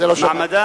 זה לא שמעתי.